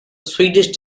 swedish